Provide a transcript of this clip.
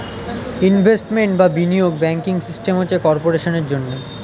investment বা বিনিয়োগ banking system হচ্ছে কর্পোরেশনের জন্যে